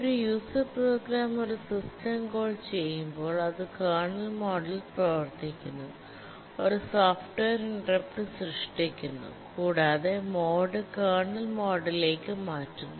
ഒരു user program ഒരു system call ചെയ്യുമ്പോൾ അത് കേർണൽ മോഡിൽ പ്രവർത്തിക്കുന്നു ഒരു സോഫ്റ്റ്വെയർ ഇന്ററപ്റ്റ് സൃഷ്ടിക്കുന്നു കൂടാതെ മോഡ് കേർണൽ മോഡിലേക്ക് മാറ്റുന്നു